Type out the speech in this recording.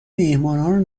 میهمانان